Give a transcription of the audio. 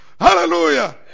hallelujah